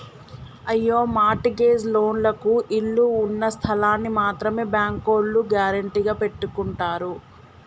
అయ్యో mortgage లోన్లకు ఇళ్ళు ఉన్నస్థలాల్ని మాత్రమే బ్యాంకోల్లు గ్యారెంటీగా పెట్టుకుంటారు